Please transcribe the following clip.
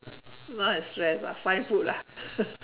not as stressed ah find food ah